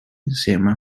insieme